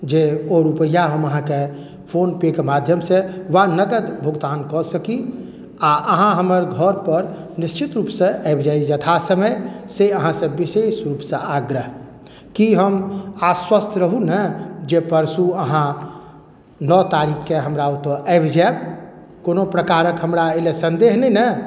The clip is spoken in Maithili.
जे ओ रूपैआ हम अहाँके फोनपेके माध्यमसँ वा नगद भुगतान कऽ सकी आ अहाँ हमर घरपर निश्चित रूपसँ आबि जाइ यथासमय से अहाँसँ विशेष रूपसँ आग्रह की हम आश्वस्त रहू ने जे परसू अहाँ नओ तारीखके हमरा ओतय आबि जायब कोनो प्रकारक हमरा एहि लेल सन्देह नहि ने